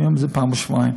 היום זה פעם בשבועיים,